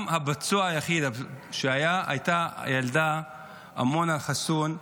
הפצוע היחיד היה הילדה אמינה חסון,